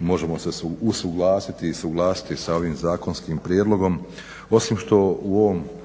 možemo se usuglasiti i suglasiti sa ovim zakonskim prijedlogom. Osim što u ovom,